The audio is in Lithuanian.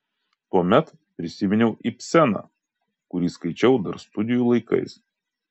tuomet prisiminiau ibseną kurį skaičiau dar studijų laikais